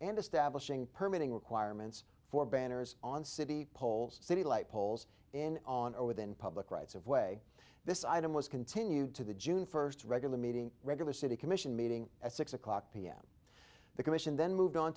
and establishing permanent requirements for banners on city poles city light poles in on or within public rights of way this item was continued to the june first regular meeting regular city commission meeting at six o'clock pm the commission then moved on